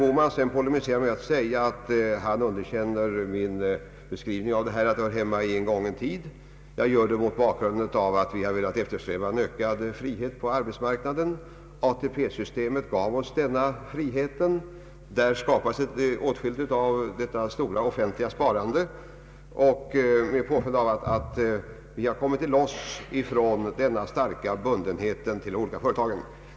När herr Bohman polemiserar med att säga att han underkänner min beskrivning av de moderatas motion, nämligen att den hör hemma i en gången tid, så vill jag framhålla att jag argumenterar mot bakgrunden av att vi har velat eftersträva en ökad frihet på arbetsmarknaden. ATP-systemet gav oss denna frihet. Där skapas åtskilligt av detta stora offentliga sparande med påföljd att vi kommit loss från den starka bundenheten till de olika företagen.